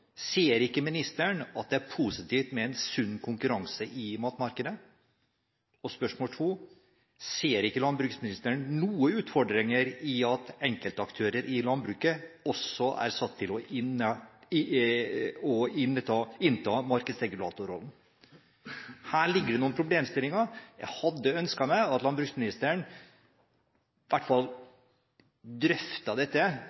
Ser ikke ministeren at det er positivt med sunn konkurranse i matmarkedet? Spørsmål to lyder: Ser ikke landbruksministeren noen utfordringer i at enkeltaktører i landbruket også er satt til å ha markedsregulatorrollen? Her ligger det noen problemstillinger. Jeg hadde ønsket at landbruksministeren iallfall ville drøfte dette